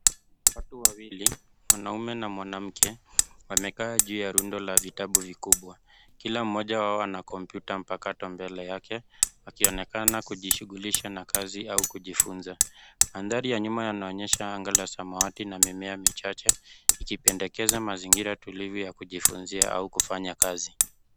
Watu wawili, mwanaume na mwanamke wamekaa juu ya rundo la vitabu vikubwa. Kila mmoja wao ana kompyuta mpakato mbele yake akionekana kujishughulisha na kazi au kujifunza. Mandhari ya nyuma inaonyesha anga la samawati na mimea michache ikipendekeza mazingira tulivu ya kujifunzia au kufanya kazi.